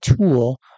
tool